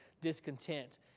discontent